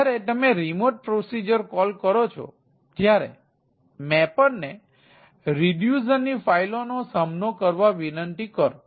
જ્યારે તમે remote procedure call કરો છે ત્યારે મેપરને રિડ્યુસર ની ફાઇલોનો સામનો કરવા વિનંતી કરો